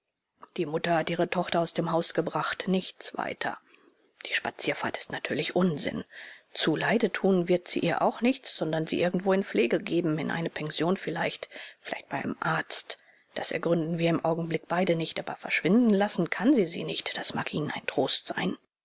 die mutter hat ihre tochter aus dem haus gebracht nichts weiter die spazierfahrt ist natürlich unsinn zu leide tun wird sie ihr auch nichts sondern sie irgendwo in pflege geben in eine pension vielleicht vielleicht bei einem arzt das ergründen wir im augenblick beide nicht aber verschwinden lassen kann sie sie nicht das mag ihnen ein trost sein